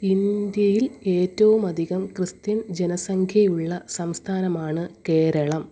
ഇന്ത്യയിൽ ഏറ്റവും അധികം ക്രിസ്ത്യൻ ജനസംഖ്യയുള്ള സംസ്ഥാനമാണ് കേരളം